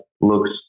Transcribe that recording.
looks